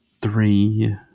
three